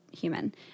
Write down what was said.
human